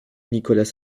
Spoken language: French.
nicolas